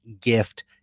gift